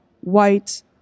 white